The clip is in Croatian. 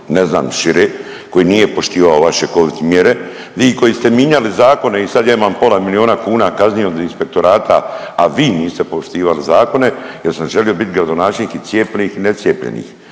ne znam šire, koji nije poštivao vaše covid mjere. Vi koji ste minjali zakone i sad ja imam pola milijuna kuna kazni od inspektorata, a vi niste poštivali zakone jer sam želio bit gradonačelnik i cijepljenih i necijepljenih